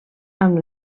amb